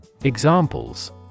Examples